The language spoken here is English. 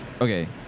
okay